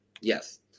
Yes